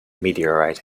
meteorite